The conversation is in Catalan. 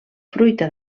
fruita